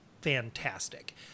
fantastic